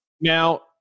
now